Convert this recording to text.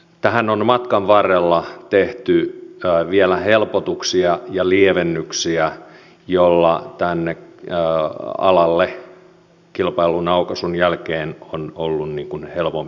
tähän on matkan varrella tehty vielä helpotuksia ja lievennyksiä joilla tälle alalle kilpailun aukaisun jälkeen on ollut helpompi päästä